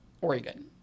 Oregon